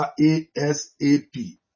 ASAP